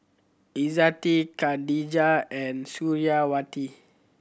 Izzati Khadija and Suriawati